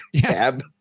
cab